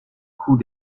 cous